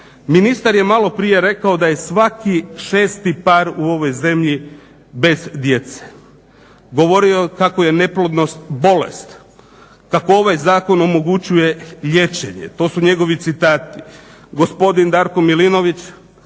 Ministar je maloprije rekao da je svaki 6 par u ovoj zemlji bez djece. Govorio kako je neplodnost bolest, kao ovaj zakon omogućuje liječenje, to su njegovi citati.